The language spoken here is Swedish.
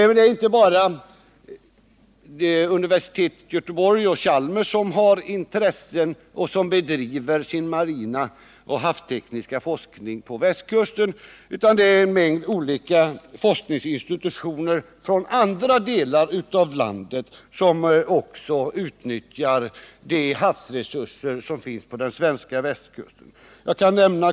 Det är dock inte bara Göteborgs universitet och Chalmers som bedriver marin och havsteknisk forskning på västkusten, utan en mängd forskningsinstitutioner från andra delar av landet utnyttjar också de havsresurser som finns där.